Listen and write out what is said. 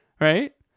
right